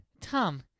Tom